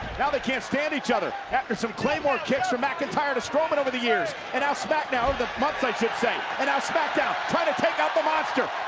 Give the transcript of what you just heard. now they can't stand each other after some clay more kicks for mcintyre to strowman over the years and outs back down the months, i should say and are specked out. try to take out the monster.